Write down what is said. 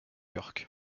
york